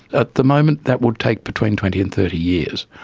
at the moment that would take between twenty and thirty years.